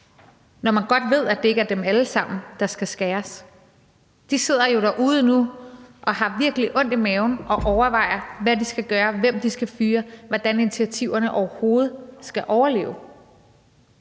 når man godt ved, at det ikke er dem alle sammen, der skal beskæres? De sidder jo derude nu og har virkelig ondt i maven og overvejer, hvad de skal gøre, og hvem de skal fyre, og hvordan initiativerne overhovedet skal overleve.